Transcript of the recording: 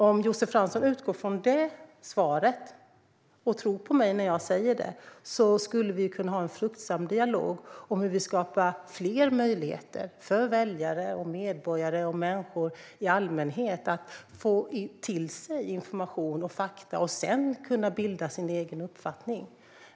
Om Josef Fransson utgår från det svaret och tror på mig när jag säger det skulle vi kunna ha en fruktbar dialog om hur vi skapar fler möjligheter för väljare, medborgare och människor i allmänhet att få till sig information och fakta för att sedan kunna bilda sig en egen uppfattning.